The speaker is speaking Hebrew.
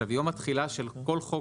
עכשיו יום התחילה של כל חוק,